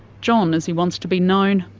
john, as he wants to be known,